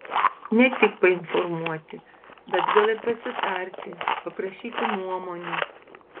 ne tik painformuoti bet gal ir pasitarti paprašyti nuomonių